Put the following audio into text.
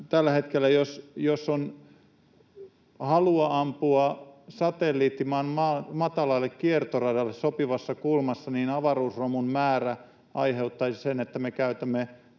Tällä hetkellä, jos on halua ampua satelliitti Maan matalalle kiertoradalle sopivassa kulmassa, niin avaruusromun määrä aiheuttaisi sen, että me käyttäisimme,